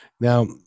Now